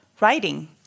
writing